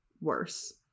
worse